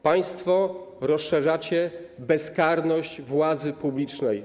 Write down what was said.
Państwo rozszerzacie bezkarność władzy publicznej.